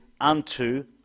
unto